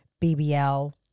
bbl